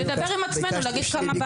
נדבר עם עצמנו, נגיד מה הבעיה.